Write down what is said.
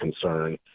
concern